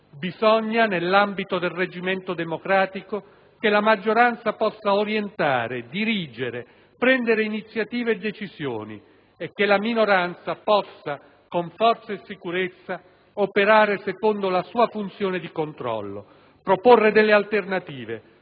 Bisogna, nell'ambito di un reggimento democratico, che la maggioranza possa orientare, dirigere, prendere iniziative e decisioni, e che la minoranza possa con forza e sicurezza operare secondo la sua funzione di controllo, proporre delle alternative,